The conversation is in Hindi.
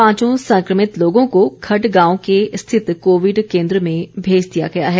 पांचों संकमित लोगों को खडड गांव के स्थित कोविड केंद्र में भेज दिया गया हैं